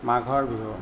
মাঘৰ বিহু